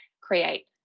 create